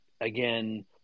again –